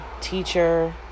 teacher